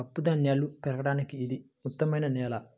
పప్పుధాన్యాలు పెరగడానికి ఇది ఉత్తమమైన నేల